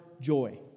joy